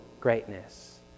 greatness